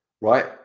right